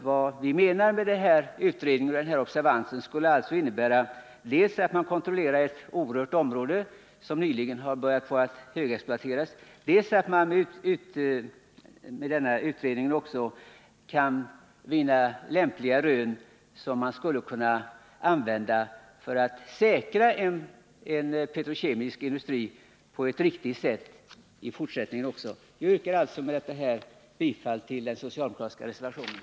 Vad vi vill åstadkomma med en utredning och med en observans härvidlag är alltså dels att man här kan kontrollera ett tidigare orört område, som nyligen har börjat högexploateras, dels att man kan göra rön som man kan använda för att säkra en petrokemisk industri även i fortsättningen. Herr talman! Jag yrkar med detta bifall till den socialdemokratiska reservationen.